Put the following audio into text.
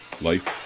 life